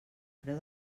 preu